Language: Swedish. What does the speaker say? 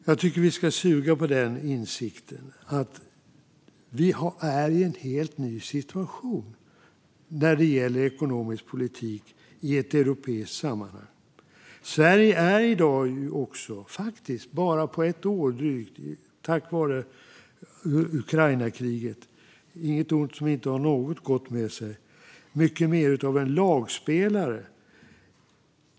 Jag tycker att vi ska suga på insikten att vi är i en helt ny situation när det gäller ekonomisk politik i ett europeiskt sammanhang. Sverige har också på bara drygt ett år tack vare Ukrainakriget - inget ont som inte har något gott med sig - blivit mycket mer av en lagspelare.